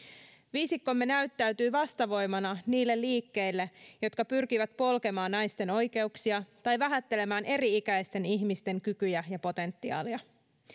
viisikkomme näyttäytyy vastavoimana niille liikkeille jotka pyrkivät polkemaan naisten oikeuksia tai vähättelemään eri ikäisten ihmisten kykyjä ja potentiaalia